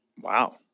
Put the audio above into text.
Wow